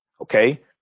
okay